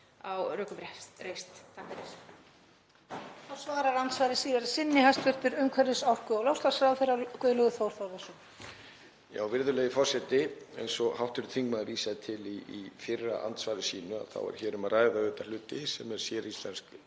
á rökum reist.